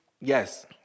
Yes